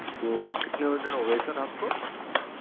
तो कितने हुए दिन हो गए सर आपको